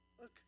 Look